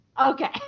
okay